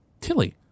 Tilly